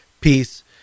peace